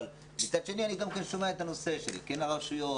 מצד שני אני גם שומע את הנושא של כן הרשויות,